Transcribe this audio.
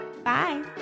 Bye